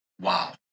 wow